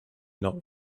not